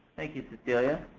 thank you cecilia.